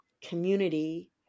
community